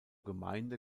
gemeinde